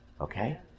Okay